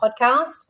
podcast